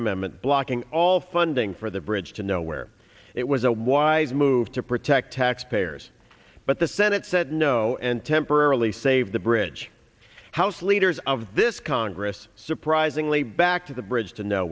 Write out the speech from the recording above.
amendment blocking all funding for the bridge to nowhere it was a wise move to protect taxpayers but the senate said no and temporarily save the bridge house leaders of this congress surprisingly back to the bridge to now